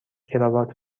کراوات